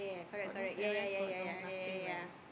got no parents got no nothing leh